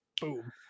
boom